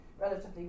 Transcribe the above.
relatively